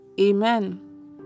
amen